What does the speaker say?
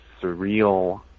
surreal